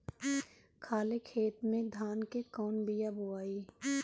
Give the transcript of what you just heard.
खाले खेत में धान के कौन बीया बोआई?